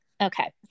Okay